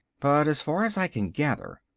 but as far as i can gather,